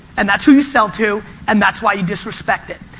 and that's who you sell to, and that's why you disrespect it.